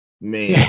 Man